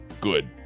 good